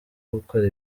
gukora